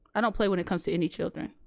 i don't play when it comes to any children,